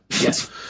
Yes